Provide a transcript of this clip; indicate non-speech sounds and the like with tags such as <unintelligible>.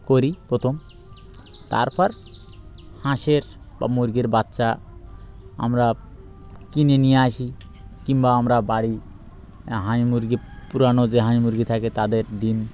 করি প্রথম তারপর হাঁসের বা মুরগির বাচ্চা আমরা কিনে নিয়ে আসি কিংবা আমরা বাড়ি <unintelligible> মুরগি পুরানো যে <unintelligible> মুরগি থাকে তাদের দিন